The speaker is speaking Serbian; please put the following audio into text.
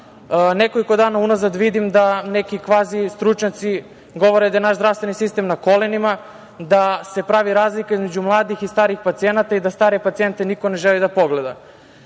dana unazad vidim da neki kvazi stručnjaci govore da je naš zdravstveni sistem na kolenima, da se pravi razlika između mladih i starih pacijenata i da stare pacijente niko ne želi da pogleda. Moja